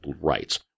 rights